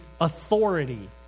authority